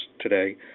today